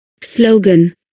Slogan